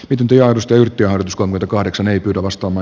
pitempi josta yhtiö uskoo mitä kahdeksan ei pidä vastaava